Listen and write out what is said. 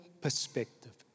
perspective